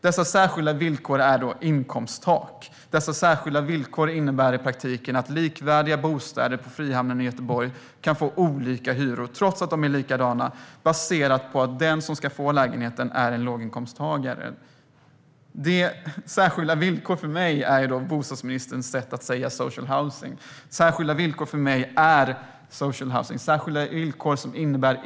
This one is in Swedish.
Dessa särskilda villkor är då inkomsttak och innebär i praktiken att bostäder i frihamnen i Göteborg kan få olika hyror, trots att de är likadana, baserat på att den som ska få lägenheten är en låginkomsttagare. För mig är särskilda villkor bostadsministerns sätt att säga social housing. Särskilda villkor för mig är social housing.